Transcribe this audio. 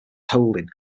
holding